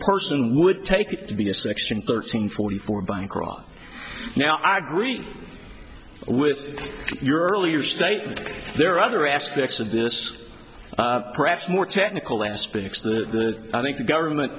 person would take it to be a section thirteen forty four bancroft now i agree with your earlier statement there are other aspects of this perhaps more technical aspects the i think the government